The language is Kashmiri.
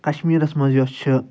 کَشمیٖرَس مَنٛز یۄس چھِ